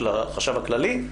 של החשב הכללי.